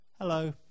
hello